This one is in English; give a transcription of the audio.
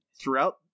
throughout